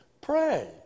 Pray